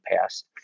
past